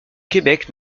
québec